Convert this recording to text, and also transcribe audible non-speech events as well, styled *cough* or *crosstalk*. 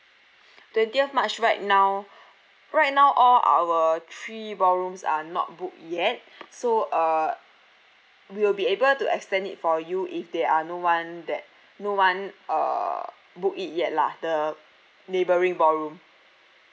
*breath* twentieth march right now *breath* right now all our three ballrooms are not book yet *breath* so uh we'll be able to extend it for you if they are no one that no one uh book it yet lah the neighbouring ballroom